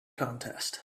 contest